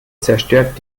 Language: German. zerstört